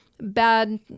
bad